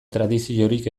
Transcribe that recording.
tradiziorik